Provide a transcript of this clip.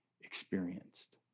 experienced